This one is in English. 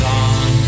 on